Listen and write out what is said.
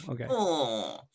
okay